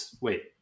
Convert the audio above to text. wait